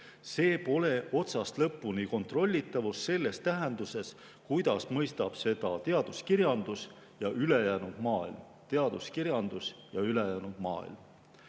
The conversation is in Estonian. See pole otsast lõpuni kontrollitavus selles tähenduses, kuidas mõistab seda teaduskirjandus ja ülejäänud maailm." Teiseks ei ole tagatud